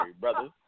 brother